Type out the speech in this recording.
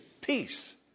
Peace